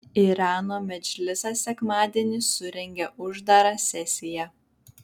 irano medžlisas sekmadienį surengė uždarą sesiją